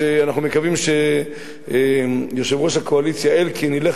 ואנחנו מקווים שיושב-ראש הקואליציה אלקין ילך